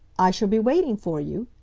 i shall be waiting for you,